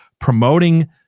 promoting